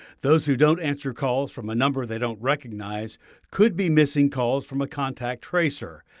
those who don't answer calls from a number they don't recognize could be missing calls from a contact tracer.